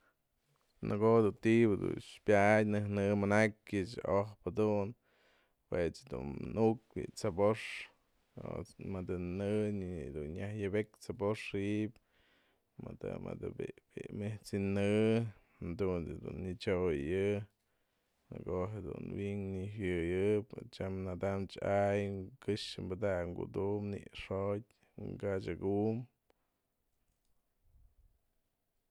Nëko'o ti'idun pyatyë nëjnë'ë mana'akyë ojpë dun jue dun nu'ukpyë bi'i tsëbox, jadunt's mëdë në nyaj yebe'ek tsëbox ji'iby mëdë mëdë bi'i mëj tsi'inë jadunt's du në'ë tso'oyë'yë nëko'o jedun wi'ink nyawëwëp tyam nadamchë a'ay këxë padaka'ak ku'utum ni'ixotyë kadya'akum.